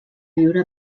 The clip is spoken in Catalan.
viure